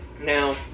Now